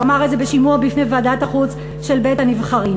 הוא אמר את זה בשימוע בפני ועדת החוץ של בית-הנבחרים.